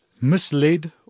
misled